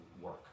work